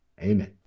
Amen